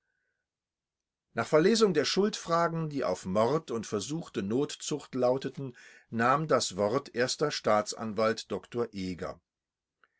nach verlesung der schuldfragen die auf mord und versuchte notzucht lauteten nahm das wort erster staatsanwalt dr eger